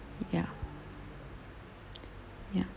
ya ya